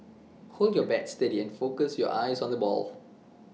hold your bat steady and focus your eyes on the ball